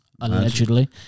allegedly